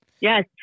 yes